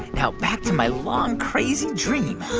now back to my long, crazy dream.